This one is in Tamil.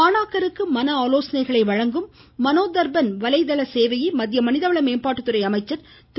மாணாக்கருக்கான மனநல ஆலோசனைகளை வழங்கும் மனோ தர்பன் வலை தள சேவையை மத்திய மனிதவள மேம்பாட்டுத்துறை அமைச்சர் திரு